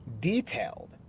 detailed